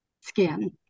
skin